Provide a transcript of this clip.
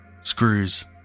Screws